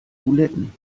buletten